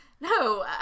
No